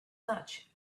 such